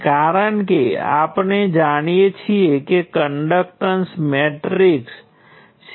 તેથી current G હશે જ્યાં G ફરીથી 1R છે અને આપણે વારંવાર કહીએ છીએ કે સમીકરણોની રચનામાં રેઝિસ્ટન્સનો ઉપયોગ કરવો અનુકૂળ છે